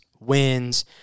wins